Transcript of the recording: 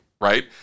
right